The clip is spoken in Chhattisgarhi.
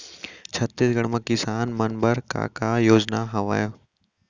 छत्तीसगढ़ म किसान मन बर का का योजनाएं हवय?